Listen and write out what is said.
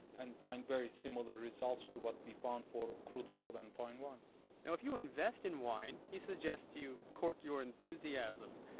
and find very similar results to what we found for crude oil and fine wine now if you invest in wine, he suggests you cork your enthusiasm.